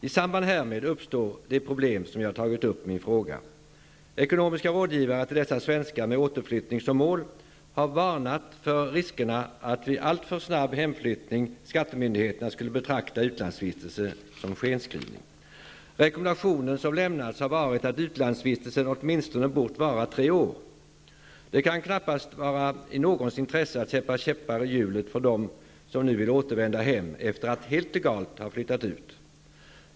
I samband härmed uppstår det problem som jag har tagit upp i min fråga. Ekonomiska rådgivare till dessa svenskar med återflyttning som mål har varnat för riskerna att skattemyndigheterna vid alltför snabb hemflyttning skulle betrakta utlandsvistelsen som skenskrivning. Rekommendationer som lämnats har varit att utlandsvistelsen åtminstone bort vara tre år. Det kan knappast vara i någons intresse att sätta käppar i hjulet för dem som nu vill återvända hem efter att helt legalt ha flyttat ut.